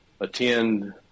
attend